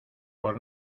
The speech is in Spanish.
por